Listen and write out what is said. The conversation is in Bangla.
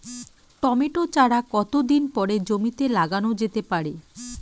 টমেটো চারা কতো দিন পরে জমিতে লাগানো যেতে পারে?